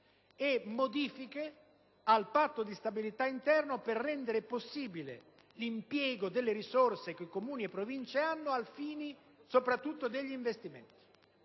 e modifiche al Patto di stabilità interno per rendere possibile l'impiego delle risorse che Comuni e Province hanno soprattutto per gli investimenti.